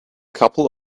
couple